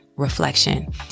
reflection